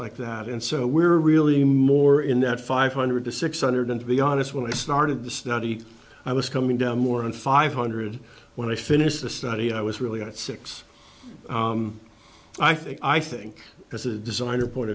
like that and so we're really more in that five hundred to six hundred and to be honest when i started the study i was coming down more than five hundred when i finished the study i was really at six i think i think as a designer point